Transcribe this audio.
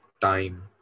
time